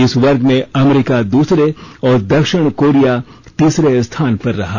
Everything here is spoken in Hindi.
इस वर्ग में अमरीका दूसरे और दक्षिण कोरिया तीसरे स्थान पर रहा